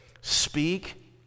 Speak